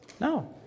no